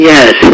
Yes